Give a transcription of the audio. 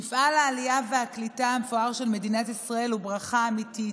מפעל העלייה והקליטה המפואר של מדינת ישראל הוא ברכה אמיתית,